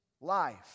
life